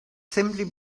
simply